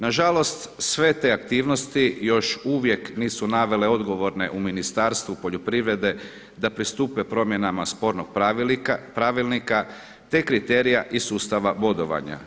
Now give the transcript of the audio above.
Nažalost sve te aktivnosti još uvijek nisu navele odgovorne u Ministarstvu poljoprivrede da pristupe promjenama spornog pravilnika te kriterija i sustava bodovanja.